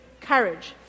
courage